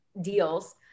deals